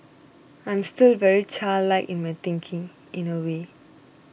I'm still very childlike in my thinking in a way